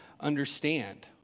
understand